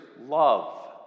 love